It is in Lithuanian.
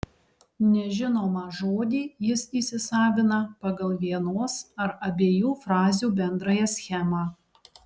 nežinomą žodį jis įsisavina pagal vienos ar abiejų frazių bendrąją schemą